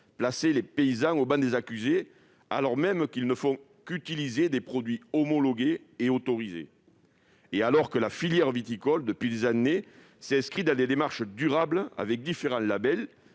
placer les paysans au banc des accusés, alors même que ceux-ci ne font qu'utiliser des produits homologués et autorisés, et alors que la filière viticole s'inscrit depuis des années dans des démarches durables avec différents labels,